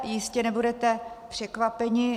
Jistě nebudete překvapeni.